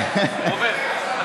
רוברט.